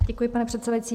Děkuji, pane předsedající.